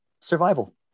survival